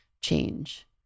change